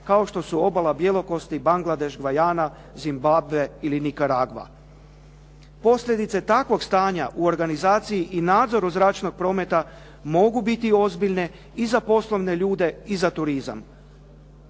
kao što su Obala bjelokosti, Bangladeš, Gvajana, Zimbabve ili Nikaragva. Posljedice takvog stanja u organizaciji i nadzoru zračnog prometa mogu biti ozbiljne i za poslovne ljude i za turizam.